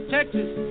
Texas